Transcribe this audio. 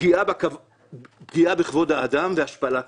פגיע בכבוד האדם והשפלה קשה.